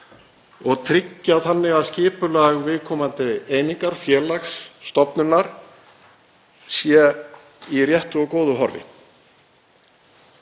og tryggja þannig að skipulag viðkomandi einingar, félags, stofnunar, sé í réttu og góðu horfi.